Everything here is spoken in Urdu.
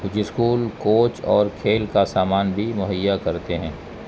کچھ اسکول کوچ اور کھیل کا سامان بھی مہیا کرتے ہیں